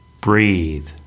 Breathe